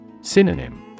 Synonym